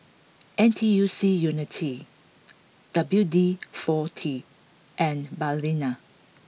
N T U C Unity W D Forty and Balina